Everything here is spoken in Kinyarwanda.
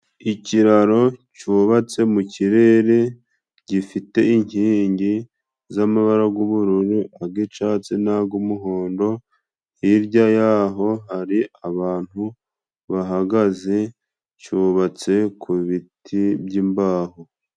Ikiraro cyubatse mu kirere gifite inkingi z'amabara g'ubururu, agicatsi n'agumuhondo hirya y'aho hari abantu bahagaze ,cyubatse ku biti by'imbaho.